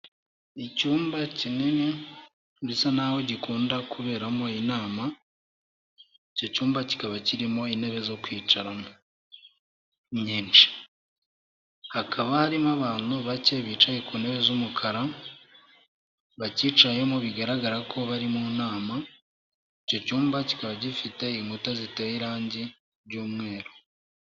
Icyumba kinini gisa nk'aho gikunda kuberamo inama, icyo cyumba kikaba kirimo intebe zo kwicarana nyinshi, hakaba harimo abantu bake bicaye ku ntebe z'umukara bacyicayemo bigaragara ko bari mu nama, icyo cyumba kikaba gifite inkuta ziteye irangi ry'umweru.